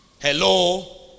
Hello